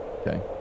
Okay